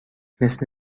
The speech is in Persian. مثل